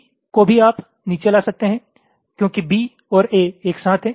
B को भी आप नीचे ला सकते हैं क्योंकि B और A एक साथ हैं